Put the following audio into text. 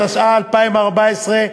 התשע"ה 2014,